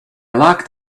locked